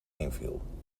inviel